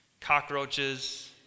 Cockroaches